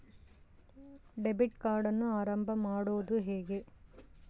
Debit ಕಾರ್ಡನ್ನು ಆರಂಭ ಮಾಡೋದು ಹೇಗೆ?